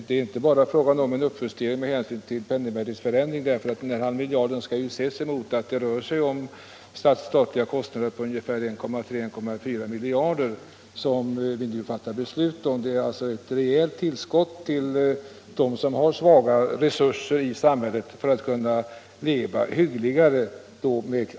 Det är inte bara fråga om en uppjustering med hänsyn till penningvärdeförändringen. Den halva miljarden skall ses emot att anslaget nu är 1,3-1,4 miljarder. Det är alltså fråga om ett rejält tillskott till dem i samhället som har svaga resurser för att de skall kunna leva hyggligare.